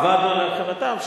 עבדנו על הבאתם,